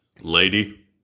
lady